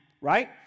Right